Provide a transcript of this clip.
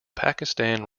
pakistan